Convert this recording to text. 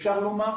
אפשר לומר,